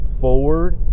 forward